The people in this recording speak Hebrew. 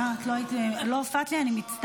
אה, לא הופעת לי, אני מצטערת.